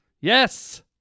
Yes